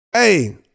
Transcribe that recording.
Hey